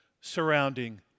surrounding